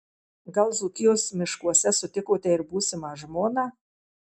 gal dzūkijos miškuose sutikote ir būsimą žmoną